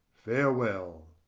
farewell!